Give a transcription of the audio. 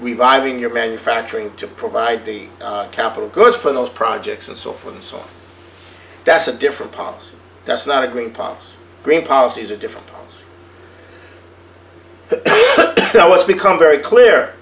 reviving your manufacturing to provide the capital goods for those projects and so forth and so that's a different policy that's not a green pops green policies are different now it's become very clear